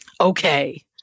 Okay